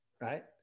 right